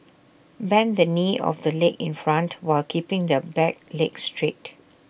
bend the knee of the leg in front while keeping the back leg straight